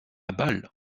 bâle